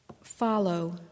follow